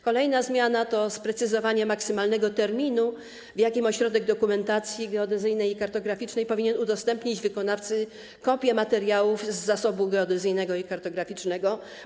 Kolejna zmiana to sprecyzowanie maksymalnego terminu, w jakim ośrodek dokumentacji geodezyjnej i kartograficznej powinien udostępnić wykonawcy kopię materiałów z zasobu geodezyjnego i kartograficznego.